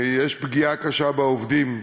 יש פגיעה קשה בעובדים,